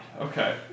Okay